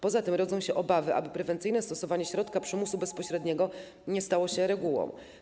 Poza tym rodzą się obawy, aby prewencyjne stosowanie środka przymusu bezpośredniego nie stało się regułą.